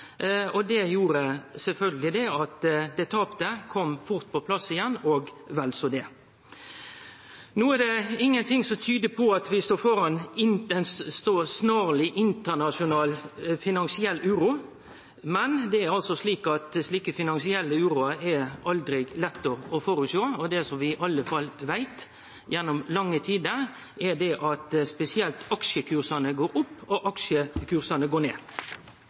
hadde. Det gjorde sjølvsagt at det tapte fort kom på plass og vel så det. No er det ingen ting som tyder på at vi står føre ei snarleg internasjonal finansiell uro, men finansiell uro er aldri lett å sjå føre seg. Det vi i alle fall veit gjennom lange tider, er at spesielt aksjekursane går opp og ned.